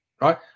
right